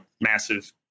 massive